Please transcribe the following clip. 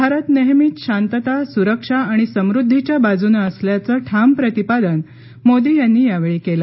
भारत नेहमीच शांतता सुरक्षा आणि समृद्दीच्या बाजूनं असल्याचं ठाम प्रतिपादन मोदी यांनी यावेळी केलं